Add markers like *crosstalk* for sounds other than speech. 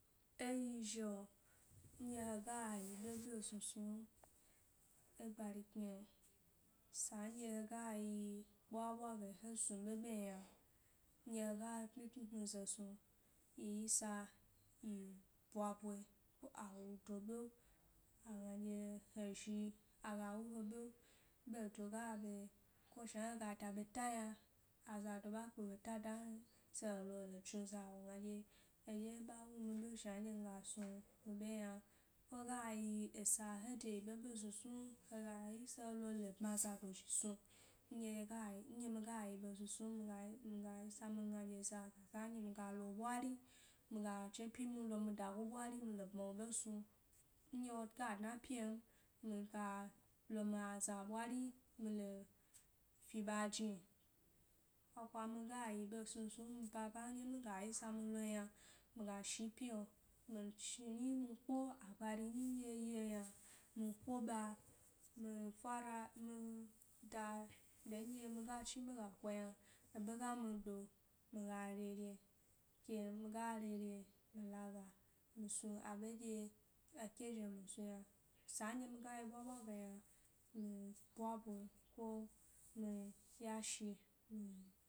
E zhi'o nɗye hega yi ɓe ɓesnu snu m e gbari kni'o sa nɗye hega yi ɓwa ɓwa ga he snu ɓe ɓe n yna nɗye hega *unintelligible* zo snu yi isa yi ɓwaɓwa ko a wudo ɓe agna dye he zhi aga wu he ɓe ɓe do ga ɓe shna hega da ɓeta yna azado ɓa kpe ɓeta dan se he lo helo chnuza wo gna ɗye, he ɗye ɓa wumi ɓe shna nɗye nga snu ɓe yna ko hega yi esa he deyi ɓeɓe snu snun hega isa he lo hdo bma zado zhi snu nɗye hega nɗye miga yi ɓe snu snun miga yi, miga isa mi gna ɗye zaka nyi miga lo wo ɓwari miga chepyi mi lo mi dago ɓwari mi lo bma wo ɓe snu nɗye woga dna epyin miga lo mi aza ɓwari mi le fi ɓa jni ko kwa miga yi ɓe snusnu m baba nɗye miga isa mi lon yna miga shi pyi'o mi chni nyi mi ko agbari nyi nɗye ye yna mi ko ɓa mi fara mi da, de nɗye miga chni ɓe ga ko yna eɓe ga mi ɗo miga re're ke miga rere mi laga mi snu aɓe'dye ake ɗye mi snu yna sa nɗye miga yi ɓwa ɓwa ge ynami ɓura ɓwe mi yashe mi.